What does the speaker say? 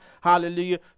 hallelujah